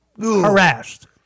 Harassed